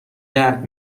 درد